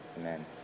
amen